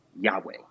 Yahweh